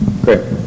great